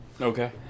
Okay